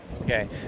okay